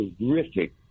terrific